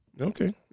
Okay